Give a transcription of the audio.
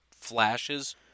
flashes